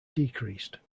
decreased